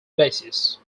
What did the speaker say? basis